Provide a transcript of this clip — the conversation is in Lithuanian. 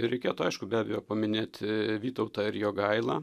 reikėtų aišku be abejo paminėti vytautą ir jogailą